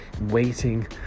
waiting